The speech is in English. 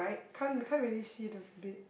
can't we can't really see the bait